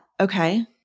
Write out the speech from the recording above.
Okay